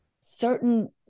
certain